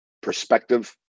perspective